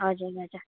हजुर हजुर